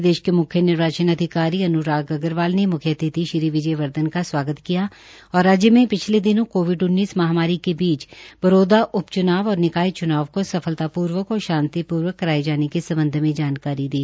प्रदेश के म्ख्य निर्वाचन अधिकाकारी अन्राम अग्रवाल ने मुख्य अतिथि श्री विजय वर्धन का स्वागत किया और राज्य में पिछले दिनों कोविड महामरी के बीच बरोदा उप च्नाव और निकाय च्नाव को सफलतापूर्वक और शांतिपूर्वक कराये जाने के सम्बध में जानकारी दी